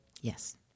Yes